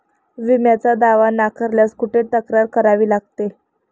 विम्याचा दावा नाकारल्यास कुठे तक्रार करावी लागते?